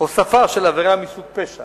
של עבירה מסוג פשע